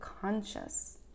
conscious